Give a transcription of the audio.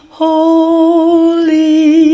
holy